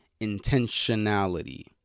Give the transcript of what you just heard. intentionality